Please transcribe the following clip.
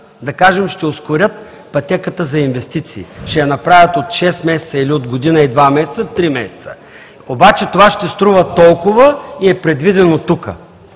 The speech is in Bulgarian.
да кажем, ще ускорят пътеката за инвестиции, ще я направят от шест месеца или от година и два месеца на три месеца, обаче това ще струва толкова и е предвидено тук.